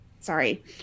sorry